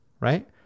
right